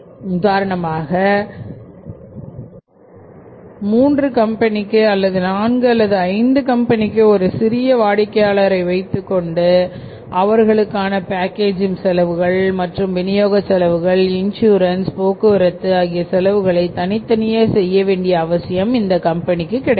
உதாரணமாக மூன்று கம்பெனிக்கு அல்லது நான்கு அல்லது ஐந்து கம்பெனிக்கு ஒரு சிறிய வாடிக்கையாளரை வைத்துக் கொண்டு அவர்களுக்கான பேக்கேஜிங் செலவுகள் மற்றும் விநியோக செலவுகள் இன்ஷூரன்ஸ் போக்குவரத்து ஆகிய செலவுகளை தனித்தனியே செய்ய வேண்டிய அவசியமில்லை